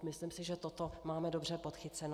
Myslím si, že toto máme dobře podchyceno.